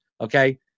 Okay